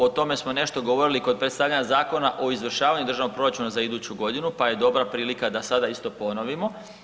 O tome smo nešto govorili kod predstavljanja Zakona o izvršavanju državnog proračuna za iduću godinu pa je dobra prilika da sada isto ponovimo.